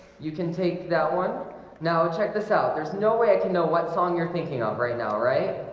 you can take that one now. check this out there's no way i can know what song you're thinking of right now, right?